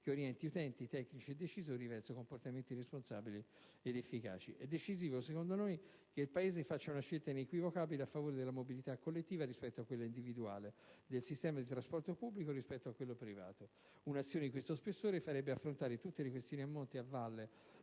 che orienti utenti, tecnici e decisori verso comportamenti responsabili ed efficaci. È decisivo, secondo noi, che il Paese faccia una scelta inequivocabile a favore della mobilità collettiva rispetto a quella individuale, del sistema dì trasporto pubblico rispetto a quello privato. Un'azione di questo spessore farebbe affrontare tutte le questioni a monte e a valle